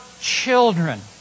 children